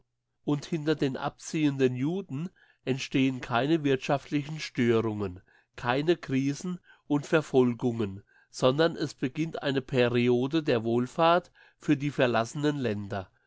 und hinter den abziehenden juden entstehen keine wirthschaftlichen störungen keine krisen und verfolgungen sondern es beginnt eine periode der wohlfahrt für die verlassenen länder